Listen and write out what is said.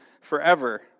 forever